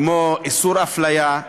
כמו איסור הפליה,